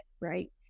right